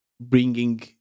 bringing